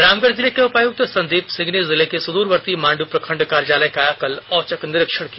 रामगढ़ जिले के उपायुक्त संदीप सिंह ने जिले के सुदूरवर्ती मांडू प्रखंड कार्यालय का कल औचक निरीक्षण किया